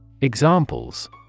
Examples